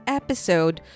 episode